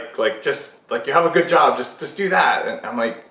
like just, like you have a good job. just just do that. i'm like,